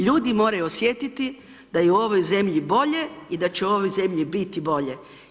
Ljudi moraju osjetiti da je u ovoj zemlji bolje i da će u ovoj zemlji biti bolje.